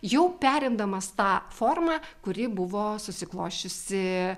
jau perimdamas tą formą kuri buvo susiklosčiusi